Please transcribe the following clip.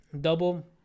double